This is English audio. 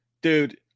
Dude